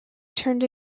turned